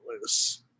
loose